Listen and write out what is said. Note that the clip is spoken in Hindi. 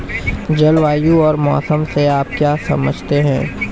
जलवायु और मौसम से आप क्या समझते हैं?